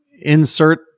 insert